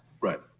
Right